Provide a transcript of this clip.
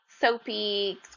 soapy